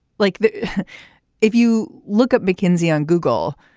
like, if you look at mckinsey on google,